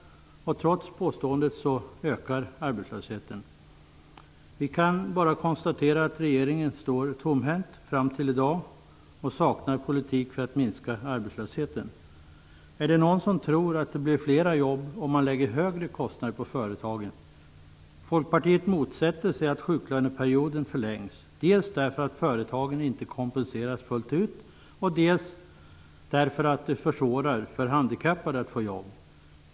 Trots det påståendet ökar arbetslösheten. Vi kan bara konstatera att regeringen stått tomhänt fram till i dag och att den saknar en politik för att minska arbetslösheten. Är det någon som tror att det blir fler jobb om högre kostnader läggs på företagen? Folkpartiet motsätter sig att sjuklöneperioden förlängs dels därför att företagen inte kompenseras fullt ut, dels därför att det försvårar för handikappade att få jobb.